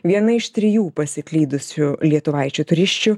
viena iš trijų pasiklydusių lietuvaičių turisčių